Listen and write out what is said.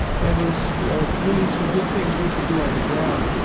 and there is really some good things we can do on the ground.